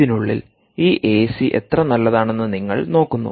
ഇതിനുള്ളിൽ ഈ A C എത്ര നല്ലതാണെന്ന് നിങ്ങൾ നോക്കുന്നു